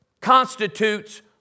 constitutes